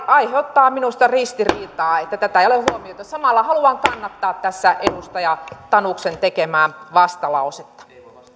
aiheuttaa minusta ristiriitaa että tätä ei ole huomioitu samalla haluan kannattaa tässä edustaja tanuksen tekemää vastalausetta